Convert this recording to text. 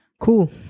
Cool